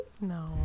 no